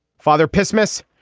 father pessimist's,